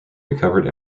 recovered